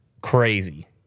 Crazy